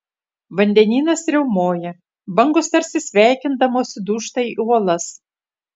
vandenynas riaumoja bangos tarsi sveikindamosi dūžta į uolas